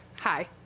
Hi